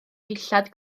dillad